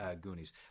Goonies